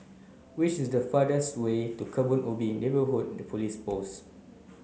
which is the fastest way to Kebun Ubi Neighbourhood Police Post